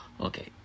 Okay